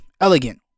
elegant